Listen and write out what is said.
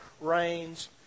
rains